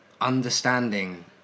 understanding